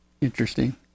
interesting